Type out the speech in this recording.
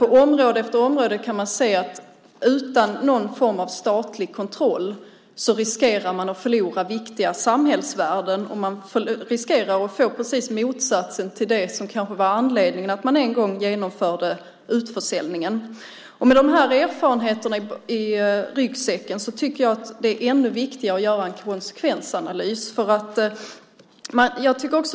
På område efter område kan man se att utan statlig kontroll kan man förlora viktiga samhällsvärden. Man kan få motsatsen till det som kanske var anledningen till att man en gång genomförde utförsäljningen. Med de erfarenheterna i ryggsäcken är det ännu viktigare att göra en konsekvensanalys.